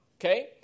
okay